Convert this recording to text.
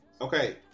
okay